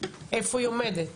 איפה היא עומדת?